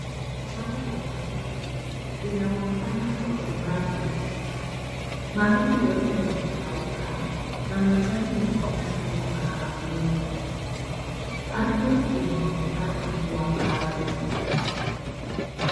Shamba la mahindi linaonekana kwa umbali. Mahindi yote yamekauka na majani yana rangi ya kahawia. Ardhi inaonekana kuwa kavu.